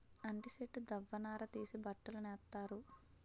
అంటి సెట్టు దవ్వ నార తీసి బట్టలు నేత్తన్నారు